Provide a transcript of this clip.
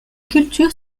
cultures